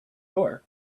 door